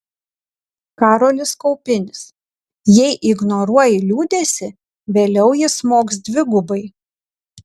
karolis kaupinis jei ignoruoji liūdesį vėliau jis smogs dvigubai